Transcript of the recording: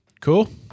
Cool